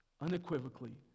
Unequivocally